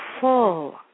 full